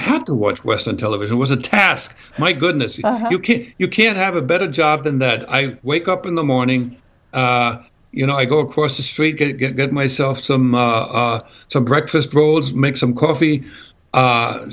how to watch western television was a task my goodness you can't you can't have a better job than that i wake up in the morning you know i go across the street get get get myself some some breakfast rolls make some coffee